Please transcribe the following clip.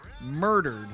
murdered